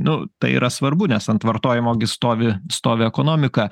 nu tai yra svarbu nes ant vartojimo gi stovi stovi ekonomika